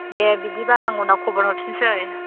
दे बिदिबा आं उनाव खबर हरफिनसै